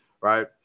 right